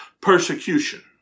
persecution